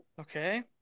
Okay